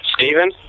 Stephen